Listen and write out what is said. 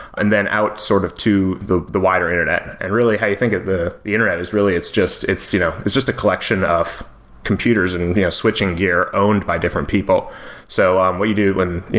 and then out sort of to the the wider internet. and really how you think of the the internet is really it's just it's you know it's just a collection of computers and switching gear owned by different people so um what you do when,